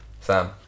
Sam